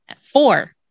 Four